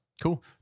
Cool